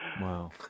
Wow